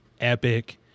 epic